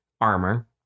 armor